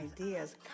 ideas